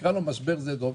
שנקרא לו משבר שדה דב,